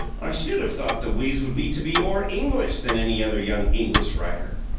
i should have thought the wheeze would be to be more english than any other young english writer.